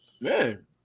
Man